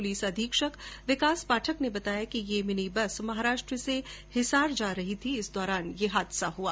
police अधीक्षक विकास पाठक ने बताया कि ये मिनी बस महाराष्ट्र से हिसार जा रही थी इस दौरान ये हादसा हुआ